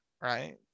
right